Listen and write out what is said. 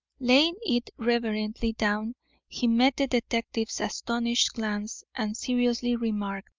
laying it reverently down he met the detective's astonished glance and seriously remarked